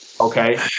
Okay